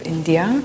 India